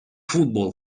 football